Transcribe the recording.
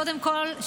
קודם כול,